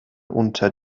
unter